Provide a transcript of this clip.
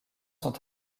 sont